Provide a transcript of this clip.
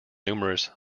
numerous